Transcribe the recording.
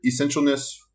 essentialness